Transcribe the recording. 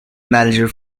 manager